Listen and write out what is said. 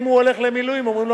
אם הוא הולך למילואים אומרים לו,